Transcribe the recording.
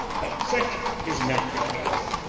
but such is not the case.